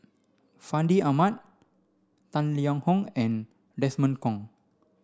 Fandi Ahmad Tang Liang Hong and Desmond Kon